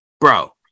Bro